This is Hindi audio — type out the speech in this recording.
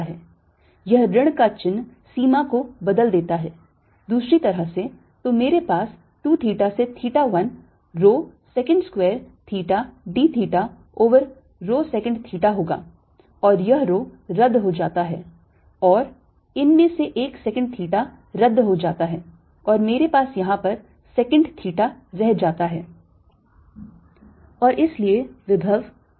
यह ऋण का चिन्ह सीमा को बदल देता है दूसरी तरह से तो मेरे पास theta 2 से theta 1 rho secant square theta d theta over rho secant theta होगा और यह rho रद्द हो जाता है और इन में से एक secant theta रद्द हो जाता है और मेरे पास यहां पर secant theta रह जाता है